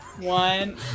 One